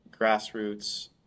grassroots